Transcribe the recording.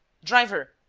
driver,